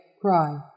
cry